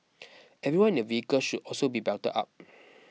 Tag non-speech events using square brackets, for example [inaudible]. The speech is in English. [noise] everyone in a vehicle should also be belted up